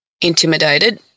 intimidated